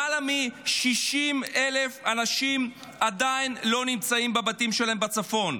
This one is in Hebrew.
למעלה מ-60,000 אנשים עדיין לא נמצאים בבתים שלהם בצפון.